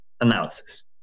analysis